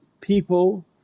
people